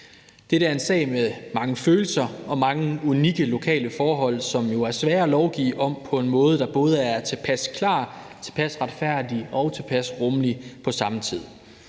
Dette er en sag med mange følelser og mange unikke lokale forhold, som jo er svære lovgive om på en måde, der både er tilpas klar, tilpas retfærdig og tilpas rummelig på samme tid.